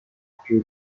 più